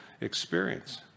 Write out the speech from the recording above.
experience